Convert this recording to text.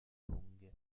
lunghe